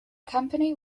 company